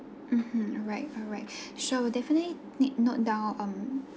mmhmm alright alright so definitely need note down um